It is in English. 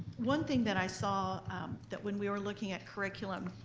one thing that i saw that, when we were looking at curriculum,